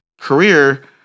career